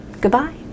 goodbye